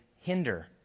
hinder